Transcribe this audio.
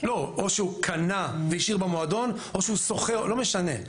או שהוא קנה והשאיר במועדון או שהוא שוכר - לא משנה.